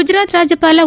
ಗುಜರಾತ್ ರಾಜ್ಯಪಾಲ ಒ